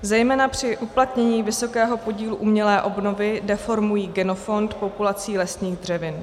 Zejména při uplatnění vysokého podílu umělé obnovy deformují genofond populací lesních dřevin.